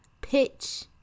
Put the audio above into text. pitch